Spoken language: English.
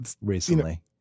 recently